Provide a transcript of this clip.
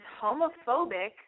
homophobic